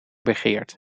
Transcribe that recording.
begeerd